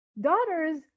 daughters